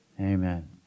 Amen